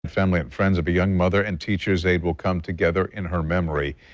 family and friends of a young mother and teacher's aide will come together in her memory.